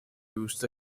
used